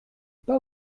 pas